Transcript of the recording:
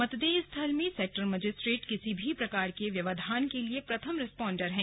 मतदेय स्थल में सेक्टर मजिस्ट्रेट किसी भी प्रकार के व्यवधान के लिए प्रथम रिस्पॉन्डर है